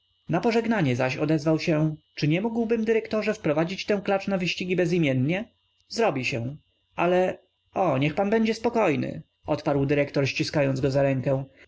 na pożegnanie zaś odezwał się czy nie mógłbym dyrektorze wprowadzić tę klacz na wyścigi bezimiennie zrobi się ale o niech pan będzie spokojny odparł dyrektor ściskając go za rękę